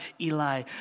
Eli